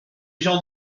gens